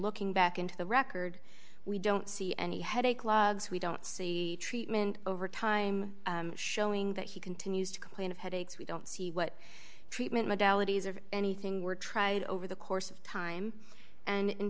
looking back into the record we don't see any headache logs we don't see treatment over time showing that he continues to complain of headaches we don't see what treatment modalities of anything were tried over the course of time and in